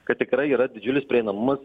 kad tikrai yra didžiulis prieinamumas